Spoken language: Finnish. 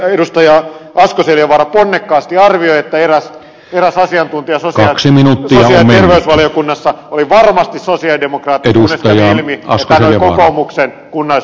asko seljavaara ponnekkaasti arvioi että eräs asiantuntija sosiaali ja terveysvaliokunnassa oli varmasti sosialidemokraatti kunnes kävi ilmi että hän oli kokoomuksen kunnallisvaaliehdokas